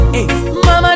Mama